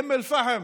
באום אל-פחם,